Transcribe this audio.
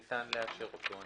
ניתן לאשר אותו,